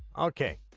ok